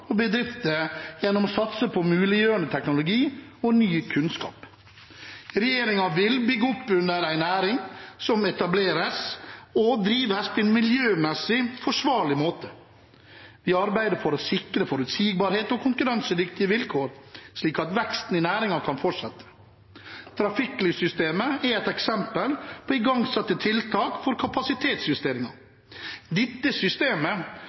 og bedrifter gjennom å satse på muliggjørende teknologi og ny kunnskap. Regjeringen vil bygge opp under en næring som etableres og drives på en miljømessig forsvarlig måte. Vi arbeider for å sikre forutsigbarhet og konkurransedyktige vilkår, slik at veksten i næringen kan fortsette. Trafikklyssystemet er et eksempel på igangsatte tiltak for kapasitetsjusteringer. Dette systemet